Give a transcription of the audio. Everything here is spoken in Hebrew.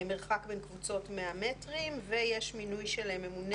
מרחק בין קבוצות 100 מטרים ויש מינוי של ממונה